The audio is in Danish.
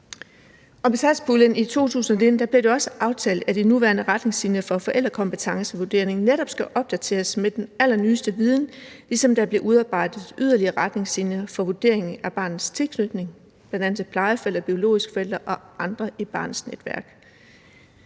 Med satspuljen i 2019 blev det også aftalt, at de nuværende retningslinjer for forældrekompetencevurderingen netop skal opdateres med den allernyeste viden, ligesom der bliver udarbejdet yderligere retningslinjer for vurderingen af barnets tilknytning, bl.a. til plejeforældre, biologiske forældre og andre i barnets netværk.